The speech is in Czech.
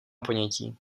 ponětí